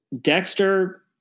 Dexter